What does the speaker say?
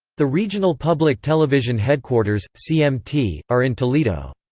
the regional public television headquarters, cmt, are in toledo.